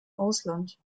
ausland